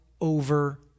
over